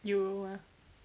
euro ah